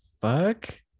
fuck